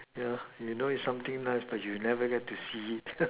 yeah you know it something nice but you never get to see it